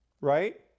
right